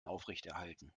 aufrechterhalten